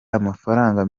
amafaranga